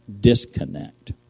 disconnect